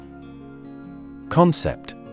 Concept